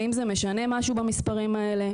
האם זה משנה משהו במספרים האלה?